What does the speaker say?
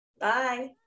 Bye